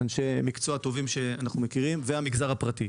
אנשי מקצוע טובים שאנחנו מכירים והמגזר הפרטי.